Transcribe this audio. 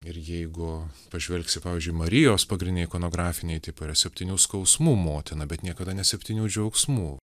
ir jeigu pažvelgsi pavyzdžiui marijos pagrindiniai ikonografiniai tipai yra septynių skausmų motina bet niekada ne septynių džiaugsmų